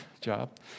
job